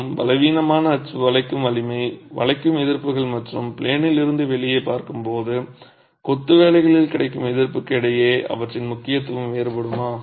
மற்றும் பலவீனமான அச்சு வளைக்கும் வலிமை வளைக்கும் எதிர்ப்புகள் மற்றும் ப்ளேனில் இருந்து வெளியே பார்க்கும் போது கொத்து வேலைகளில் கிடைக்கும் எதிர்ப்பிற்கு இடையே அவற்றின் முக்கியத்துவம் வேறுபடுமா